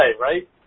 right